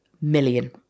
million